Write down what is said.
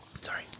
Sorry